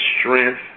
strength